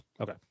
Okay